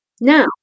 Now